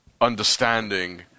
understanding